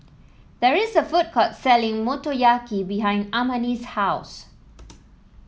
there is a food court selling Motoyaki behind Amani's house